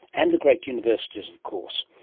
and the great universities of course.